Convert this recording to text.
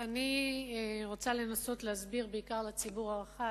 אני רוצה לנסות להסביר, בעיקר לציבור הרחב,